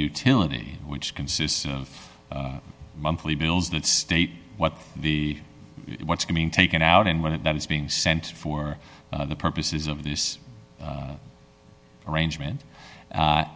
utility which consists of monthly bills that state what the what's coming taken out and what that is being sent for the purposes of this arrangement